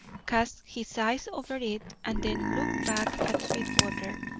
cast his eyes over it, and then looked back at sweetwater.